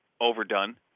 overdone